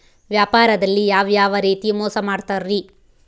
ವ್ಯಾಪಾರದಲ್ಲಿ ಯಾವ್ಯಾವ ರೇತಿ ಮೋಸ ಮಾಡ್ತಾರ್ರಿ?